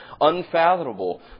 unfathomable